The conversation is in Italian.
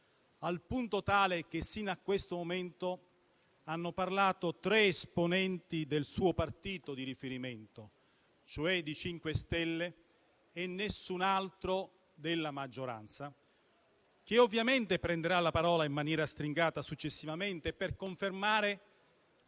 al punto tale che sino a questo momento hanno parlato tre esponenti del suo partito di riferimento, cioè dei 5 Stelle, e nessun altro della maggioranza, che ovviamente prenderà la parola in maniera stringata successivamente per confermare